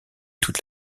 toute